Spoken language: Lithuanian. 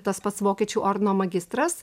tas pats vokiečių ordino magistras